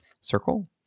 circle